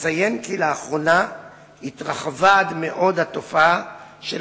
נציין כי לאחרונה התרחבה עד מאוד התופעה של